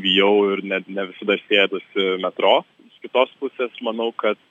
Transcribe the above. bijau ir ne ne visada sėduosi metro iš kitos pusės manau kad